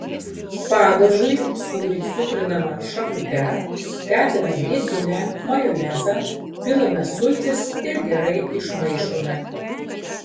padažui sūrį sutriname šakute dedame grietinę majonezą pilame sultis ir gerai išmaišome